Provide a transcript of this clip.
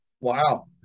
Wow